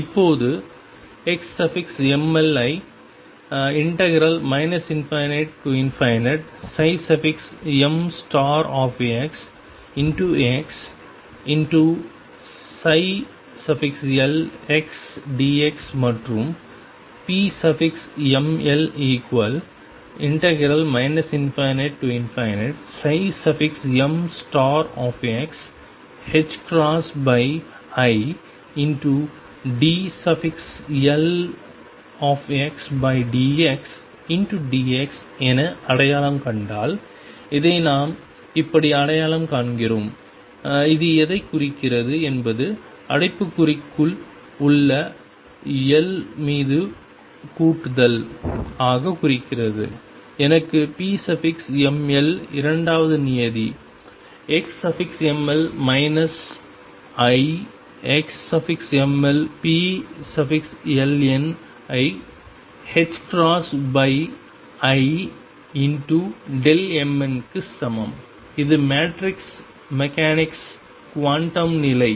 இப்போது xml ஐ ∞mxx lxdx மற்றும் pml ∞mxidldxdx என அடையாளம் கண்டால் இதை நாம் இப்படி அடையாளம் காண்கிறோம் இது எதைக் குறைக்கிறது என்பது அடைப்புக்குறிக்குள் உள்ள l மீது கூட்டுதல் ஆக குறைகிறது எனக்கு pml இரண்டாவது நியதி xln மைனஸ் i xmlpln ஐ imn க்கு சமம் இது மேட்ரிக்ஸ் மெக்கானிக்ஸ் குவாண்டம் நிலை